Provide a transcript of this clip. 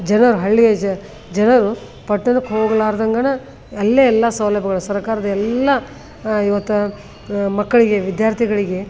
ಜನರು ಹಳ್ಳಿಯ ಜನರು ಪಟ್ಟಣಕ್ಕೆ ಹೋಗಲಾರ್ದಂಗನ ಅಲ್ಲೇ ಎಲ್ಲ ಸೌಲಭ್ಯಗಳು ಸರಕಾರದ ಎಲ್ಲ ಇವತ್ತು ಮಕ್ಕಳಿಗೆ ವಿದ್ಯಾರ್ಥಿಗಳಿಗೆ